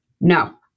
no